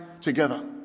together